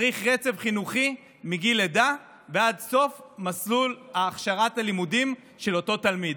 צריך רצף חינוכי מגיל לידה ועד סוף מסלול הכשרת הלימודים של אותו תלמיד.